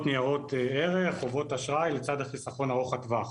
ניירות ערך וחברות אשראי לצד החיסכון ארוך הטווח.